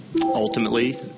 Ultimately